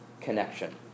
connection